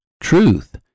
truth